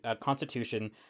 constitution